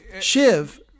Shiv